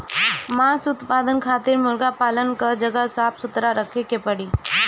मांस उत्पादन खातिर मुर्गा पालन कअ जगह साफ सुथरा रखे के पड़ी